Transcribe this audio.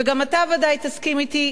וגם אתה ודאי תסכים אתי,